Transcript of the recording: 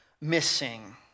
missing